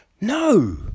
no